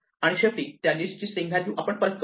आणि शेवटी त्या लिस्टची स्ट्रिंग व्हॅल्यू आपण परत करतो